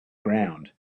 ground